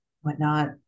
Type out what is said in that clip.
whatnot